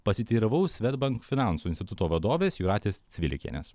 pasiteiravau swedbank finansų instituto vadovės jūratės cvilikienės